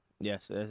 Yes